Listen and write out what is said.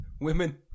women